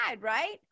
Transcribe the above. right